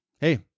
Hey